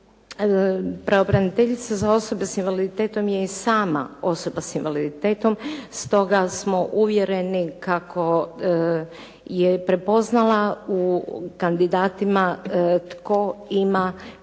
Pravobraniteljica za osobe sa invaliditetom je i sama osoba sa invaliditetom stoga smo uvjereni kako je prepoznala u kandidatima tko ima afiniteta,